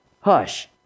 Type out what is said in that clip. Hush